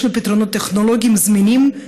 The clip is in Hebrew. יש לנו פתרונות טכנולוגיים זמינים,